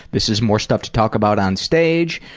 this is more stuff to talk about onstage,